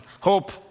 hope